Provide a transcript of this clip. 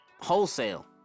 Wholesale